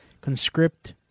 conscript